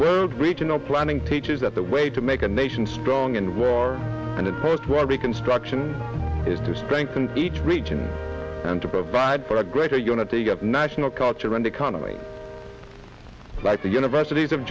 world regional planning teaches that the way to make a nation strong in war and its post war reconstruction is to strengthen each region and to provide for a greater unity got national culture and economy like the universit